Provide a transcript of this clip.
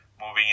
moving